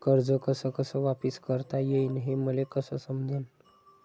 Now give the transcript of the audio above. कर्ज कस कस वापिस करता येईन, हे मले कस समजनं?